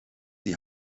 die